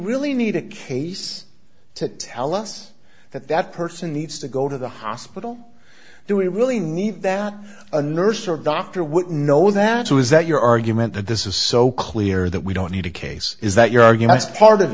really need a case to tell us that that person needs to go to the hospital do we really need that a nurse or doctor would know that too is that your argument that this is so clear that we don't need a case is that your argument is part of